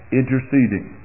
interceding